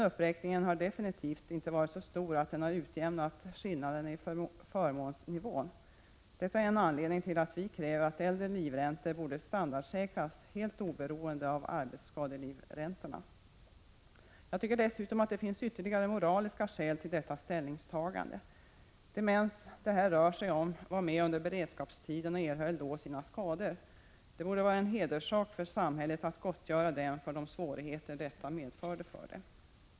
Uppräkningen har definitivt inte varit så stor att den har utjämnat skillnaderna i förmånsnivån. Detta är en anledning till att vi kräver att äldre livräntor borde standardsäkras helt oberoende av arbetsskadelivräntorna. Jag tycker dessutom att det finns ytterligare moraliska skäl till detta ställningstagande. De män som det här rör sig om var med under beredskapstiden och erhöll då sina skador. Det borde vara en hederssak för samhället att gottgöra dem för de svårigheter detta medförde för dem.